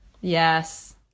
Yes